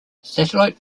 satellite